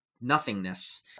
nothingness